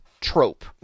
trope